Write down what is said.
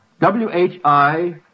W-H-I